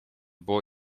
było